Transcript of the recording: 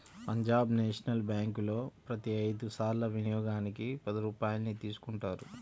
Punjab National బ్యేంకులో ప్రతి ఐదు సార్ల వినియోగానికి పది రూపాయల్ని తీసుకుంటారు